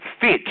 fit